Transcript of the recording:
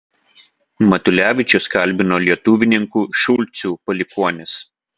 matulevičius kalbino lietuvininkų šulcų palikuonis